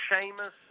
Sheamus –